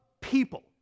people